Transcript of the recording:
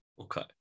okay